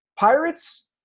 Pirates